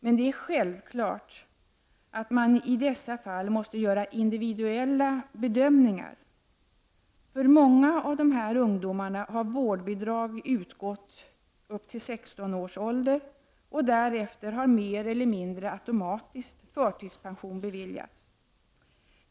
Men det är självklart att man i dessa fall måste göra individuella bedömningar. För många av dessa ungdomar har vårdbidrag utgått upp till 16 års ålder och därefter har, mer eller mindre automatiskt, förtidspension beviljats.